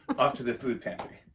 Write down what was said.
off to the food pantry.